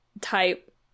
type